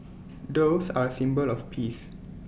doves are A symbol of peace